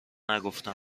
نگفتم